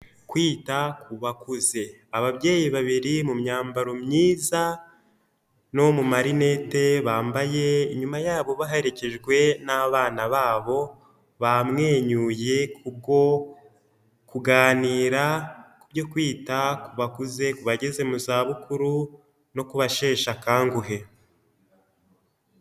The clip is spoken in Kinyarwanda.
Kwita ku bakuze, ababyeyi babiri mu myambaro myiza no mu marinete bambaye, inyuma yabo baherekejwe n'abana babo bamwenyuye kubwo kuganira ku byo kwita ku bakuze ku bageze mu zabukuru no kubasheshe akanguhe.